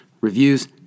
Reviews